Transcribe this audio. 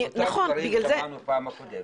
אותם דברים שמענו בפעם הקודמת,